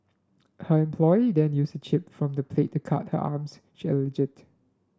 her employee then used a chip from the plate to cut her arms she alleged